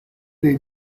dei